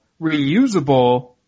reusable